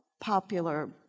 popular